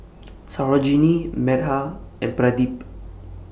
Sarojini Medha and Pradip